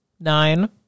Nine